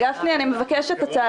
לא שאלת אפילו מי נגד.